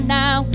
now